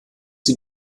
die